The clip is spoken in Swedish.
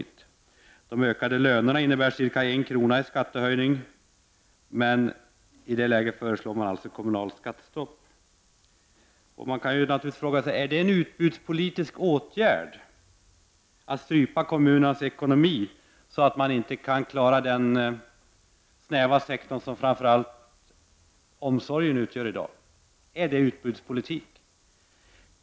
De ökade lönerna innebär ca I kr. i skattehöjning. Men i detta läge föreslår alltså regeringen ett kommunalt skattestopp. Man kan naturligtvis fråga om det är en utbudspolitisk åtgärd att strypa kommunernas ekonomi, så att de inte kan klara den snäva sektor som framför allt omsorgen i dag utgör. Är det verkligen utbudspolitik?